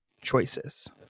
choices